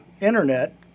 internet